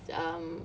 mm